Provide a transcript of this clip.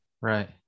Right